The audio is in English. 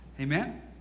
Amen